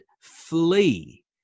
flee